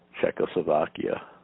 Czechoslovakia